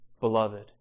beloved